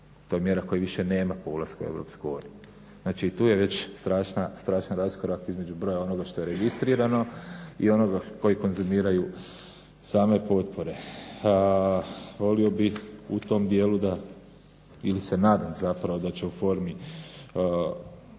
To je mjera koju više nema ulaska u EU. Znači i tu je već strašan raskorak između broja onoga što je registrirano i onoga koji konzumiraju same potpore. Volio bih u tom dijelu da, ili se nadam zapravo da će u formi